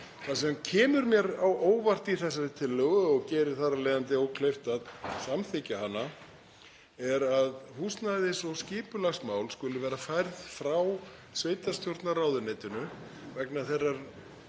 Það sem kemur mér á óvart í þessari tillögu og sem gerir það þar af leiðandi ókleift að samþykkja hana er að húsnæðis- og skipulagsmál skuli vera færð frá sveitarstjórnarráðuneytinu, vegna þess